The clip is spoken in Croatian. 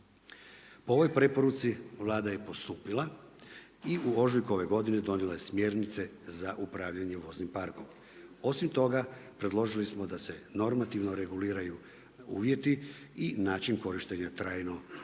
Po ovoj preporuci Vlada je postupila i u ožujku ove godine donijela je smjernice za upravljanje voznim parkom. Osim toga predložili smo da se normativno reguliraju uvjeti i način korištenja trajno